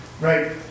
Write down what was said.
Right